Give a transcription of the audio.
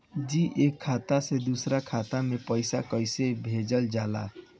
जी एक खाता से दूसर खाता में पैसा कइसे भेजल जाला?